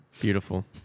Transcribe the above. Beautiful